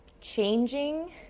changing